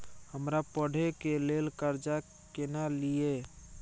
हमरा पढ़े के लेल कर्जा केना लिए?